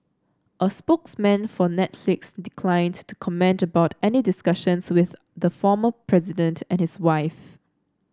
a spokesman for Netflix declined to comment about any discussions with the former president and his wife